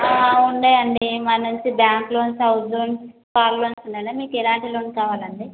ఉన్నాయండి మా నుంచి bank loans house loans car loans ఉన్నాయండి మీకెలాంటి లోన్ కావాలండి